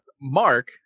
Mark